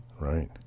Right